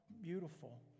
beautiful